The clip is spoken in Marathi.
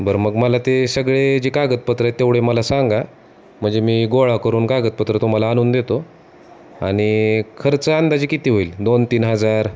बरं मग मला ते सगळे जे कागदपत्रं आहे तेवढे मला सांगा म्हणजे मी गोळा करून कागदपत्रं तुम्हाला आणून देतो आणि खर्च अंदाजे किती होईल दोन तीन हजार